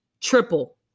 triple